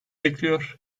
bekliyor